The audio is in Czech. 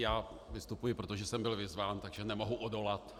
Já vystupuji proto, že jsem byl vyzván, takže nemohu odolat.